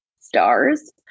Stars